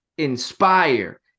inspire